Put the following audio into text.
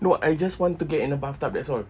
no I just want to get in a bathtub that's all